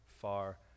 far